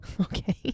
okay